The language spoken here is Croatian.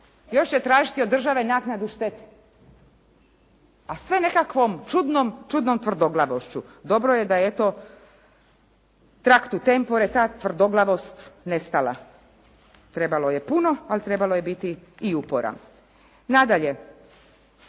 još će tražiti od države naknadu štete a sve nekakvom čudnom tvrdoglavošću. Dobro je da je eto "tractu tempore" ta tvrdoglavost nestala. Trebalo je puno ali trebalo je biti i upora. Nadalje,